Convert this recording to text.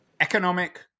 economic